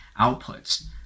outputs